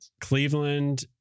Cleveland